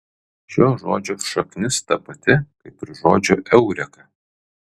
šio žodžio šaknis ta pati kaip ir žodžio eureka